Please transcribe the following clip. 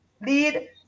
lead